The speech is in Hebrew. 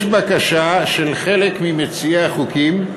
יש בקשה של חלק ממציעי החוקים,